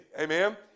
amen